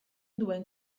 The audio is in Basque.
duen